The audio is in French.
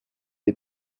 les